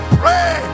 pray